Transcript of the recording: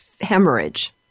hemorrhage